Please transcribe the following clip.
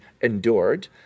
endured—